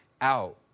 out